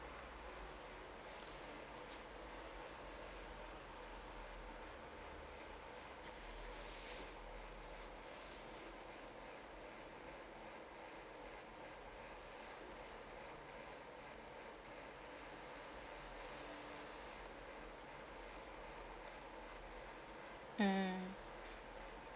mm